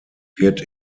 wird